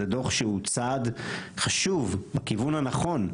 זה דו"ח שהוא צעד חשוב בכיוון הנכון.